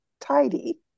tidy